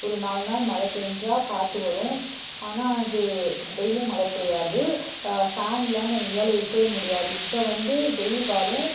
ஒரு நாலு நாள் மழை பேஞ்சால் காற்று வரும் ஆனால் அது டெய்லியும் மழை பெய்யாது ஃபேன் இல்லாமல் எங்களால் இருக்கவே முடியாது இப்போ வந்து வெயில் காலம்